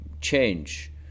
change